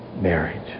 marriage